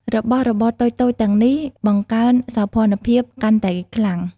របស់របរតូចៗទាំងនេះបង្កើនសោភ័ណភាពកាន់តែខ្លាំង។